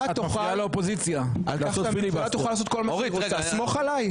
תוכל לעשות כל מה שהיא רוצה ותגיד סמוך עלי?